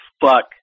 Fuck